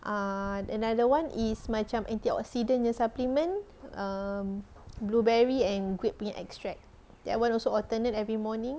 ah the other one is macam antioxidant punya supplement um blueberry and grape punya extract that [one] also alternate every morning